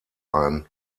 ein